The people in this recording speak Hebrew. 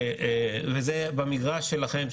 וזה במגרש שלכם,